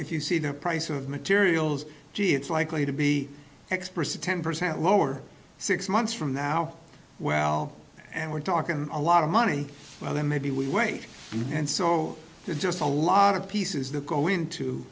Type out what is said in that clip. if you see the price of materials gee it's likely to be expressed a ten percent lower six months from now well and we're talking a lot of money well then maybe we wait and so there's just a lot of pieces that go into